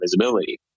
visibility